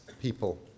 people